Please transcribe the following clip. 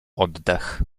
oddech